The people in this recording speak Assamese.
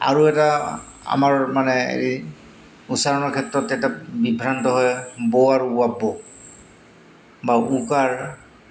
আৰু এটা আমাৰ মানে হেৰি উচ্চাৰণৰ ক্ষেত্ৰত এটা বিভ্ৰান্ত হয় ব আৰু ৱ বা উ কাৰ